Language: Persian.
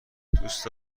دوست